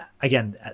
again